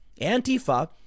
Antifa